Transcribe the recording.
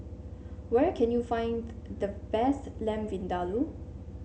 where can you find the best Lamb Vindaloo